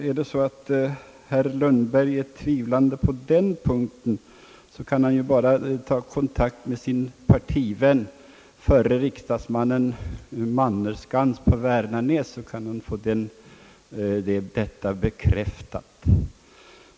Om herr Lundberg hyser tvivel på denna punkt, kan han ta kontakt med sin partivän förre riksdagsmannen herr Mannerskantz på Wärnanäs för att få detta bekräftat.